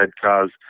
cars